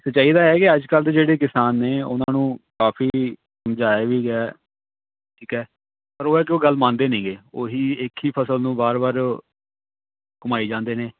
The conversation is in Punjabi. ਸੱਚਾਈ ਤਾਂ ਹੈ ਕਿ ਅੱਜ ਕੱਲ੍ਹ ਦੇ ਜਿਹੜੇ ਕਿਸਾਨ ਨੇ ਉਹਨਾਂ ਨੂੰ ਕਾਫੀ ਸਮਝਾਇਆ ਵੀ ਗਿਆ ਹੈ ਠੀਕ ਹੈ ਪਰ ਉਹ ਹੈ ਕਿ ਉਹ ਗੱਲ ਮੰਨਦੇ ਨਹੀਂ ਹੈਗੇ ਉਹੀ ਇੱਕ ਹੀ ਫਸਲ ਨੂੰ ਵਾਰ ਵਾਰ ਘੁੰਮਾਈ ਜਾਂਦੇ ਨੇ